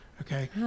okay